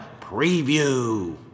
preview